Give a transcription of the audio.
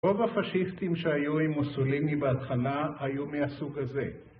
רוב הפשיסטים שהיו עם מוסליני בהתחלה היו מהסוג הזה.